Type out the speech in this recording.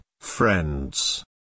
friends